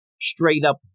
straight-up